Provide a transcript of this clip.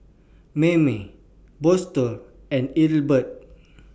Mayme Boston and Ethelbert